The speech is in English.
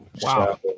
Wow